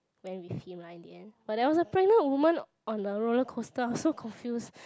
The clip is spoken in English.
went with him lah in the end but there was a pregnant woman on a roller coaster I was so confused